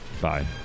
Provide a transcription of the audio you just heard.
Bye